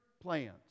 plans